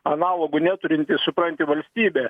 analogų neturinti supranti valstybė